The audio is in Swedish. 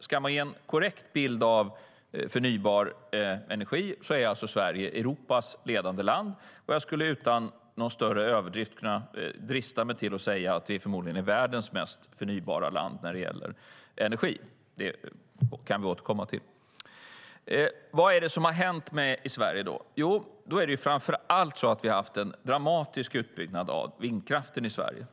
Ska vi ge en korrekt bild av förnybar energi är Sverige Europas ledande land, och jag kan nog utan överdrift drista mig till att säga att vi förmodligen är världens mest förnybara land vad gäller energi. Detta kan vi återkomma till. Vad är det som har hänt i Sverige? Framför allt har vi haft en dramatisk utbyggnad av vindkraften.